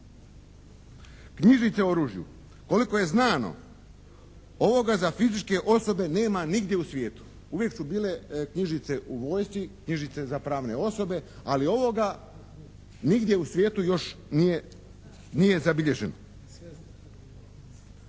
Knjižice o oružju koliko je znano ovoga za fizičke osobe nema nigdje u svijetu. Uvijek su bile knjižice u vojski, knjižice za pravne osobe ali ovoga nigdje u svijetu još nije, nije zabilježeno.